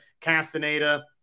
Castaneda